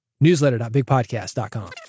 Newsletter.bigpodcast.com